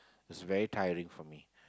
it was very tiring for me